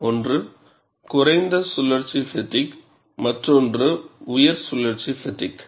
ஒன்று குறைந்த சுழற்சி ஃப்பெட்டிக் மற்றொன்று உயர் சுழற்சி ஃப்பெட்டிக்